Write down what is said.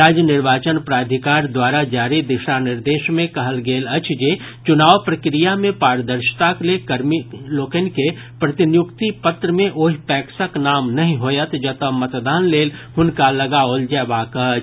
राज्य निर्वाचन प्राधिकार द्वारा जारी दिशा निर्देश मे कहल गेल अछि जे चुनाव प्रक्रिया मे पारदर्शिताक लेल कर्मी लोकनि के प्रतिनियुक्ति पत्र मे ओहि पैक्सक नाम नहि होयत जतऽ मतदान लेल हुनका लगाओल जयबाक अछि